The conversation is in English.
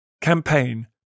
campaign